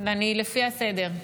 לפי הסדר.